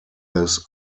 this